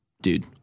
dude